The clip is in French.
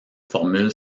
formule